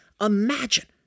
Imagine